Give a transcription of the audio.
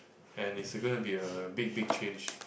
and it's gonna be a big big change